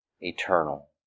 eternal